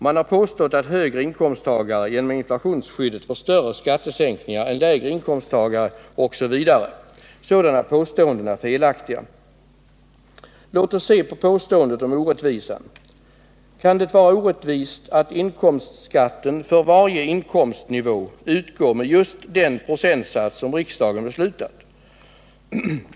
Man har påstått att högre inkomsttagare på grund av inflationsskyddet får större skattesänkningar än lägre inkomsttagare osv. Sådana påståenden är felaktiga. Låt oss se på påståendet om orättvisan. Kan det vara orättvist att inkomstskatten för varje inkomstnivå utgår med just den procentsats som riksdagen har beslutat?